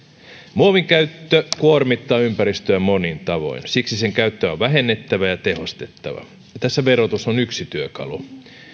muovin käyttö kuormittaa ympäristöä monin tavoin siksi sen käyttöä on vähennettävä ja tehostettava tässä verotus on yksi työkalu